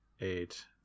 eight